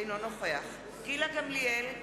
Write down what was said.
אינו נוכח גילה גמליאל,